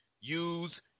use